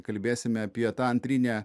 kalbėsime apie tą antrinę